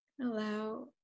Allow